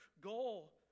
goal